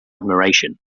admiration